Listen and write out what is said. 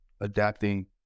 adapting